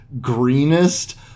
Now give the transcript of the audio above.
greenest